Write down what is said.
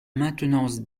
maintenance